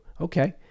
Okay